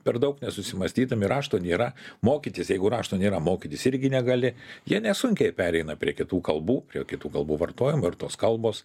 per daug nesusimąstydami rašto nėra mokytis jeigu rašto nėra mokytis irgi negali jie nesunkiai pereina prie kitų kalbų prie kitų kalbų vartojimų ir tos kalbos